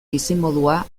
bizimodua